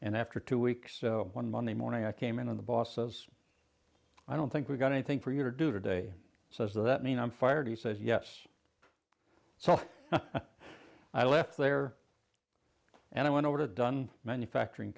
and after two weeks one monday morning i came in and the boss says i don't think we've got anything for you to do today says that mean i'm fired he said yes so i left there and i went over to dun manufacturing